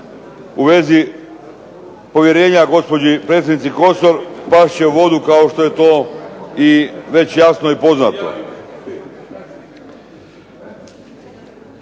u vezi povjerenja gospodi predsjednici Kosor past će u vodu kao što je to i već jasno i poznato.